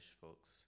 folks